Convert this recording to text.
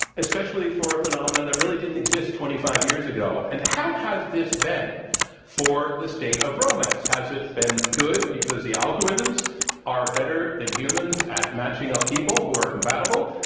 especially for a phenomenon that really didn't exist twenty five years ago. and how has this been for the state of romance? has it been good, because the algorithms are better than humans at matching up people who are compatible?